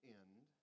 end